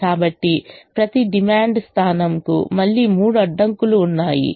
కాబట్టి ప్రతి డిమాండ్ స్థానంకు మళ్ళీ మూడు అడ్డంకులు ఉన్నాయి